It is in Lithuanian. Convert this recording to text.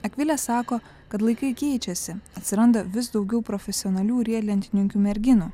akvilė sako kad laikai keičiasi atsiranda vis daugiau profesionalių riedlentininkių merginų